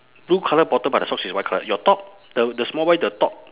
blue colour bottom but the socks is white colour your top the the small white the top